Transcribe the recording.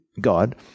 God